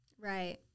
Right